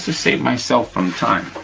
save myself some time.